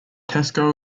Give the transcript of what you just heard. tesco